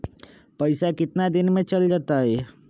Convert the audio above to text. पैसा कितना दिन में चल जतई?